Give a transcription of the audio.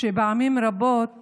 שפעמים רבות